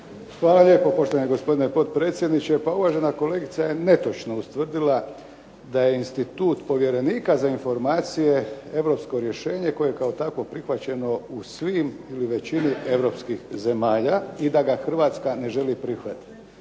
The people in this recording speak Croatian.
Hvala lijepo poštovani gospodine potpredsjedniče. Pa uvažena kolegica je netočno ustvrdila da je institut povjerenika za informacije europsko rješenje koje kao takvo prihvaćeno u svim ili većini europskih zemalja i da ga Hrvatska ne želi prihvatiti.